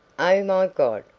oh, my god!